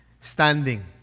Standing